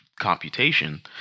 computation